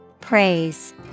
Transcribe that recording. Praise